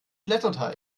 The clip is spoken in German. blätterteig